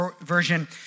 version